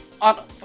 on